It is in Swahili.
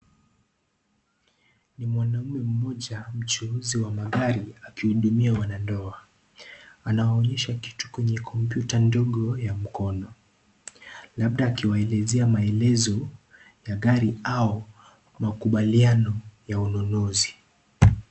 Ni mwanaume mmoja mchuuzi wa magari akihudumia wanandoa. Anaonyesha kitu kwenye kompyuta ndogo ya mkono labda akiwaelezea maelezo ya gari au makubaliano ya ununuzi.